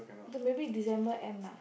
so maybe December end lah